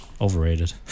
Overrated